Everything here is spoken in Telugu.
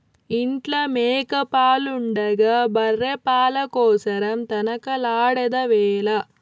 ఇంట్ల మేక పాలు ఉండగా బర్రె పాల కోసరం తనకలాడెదవేల